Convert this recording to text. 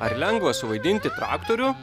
ar lengva suvaidinti traktorių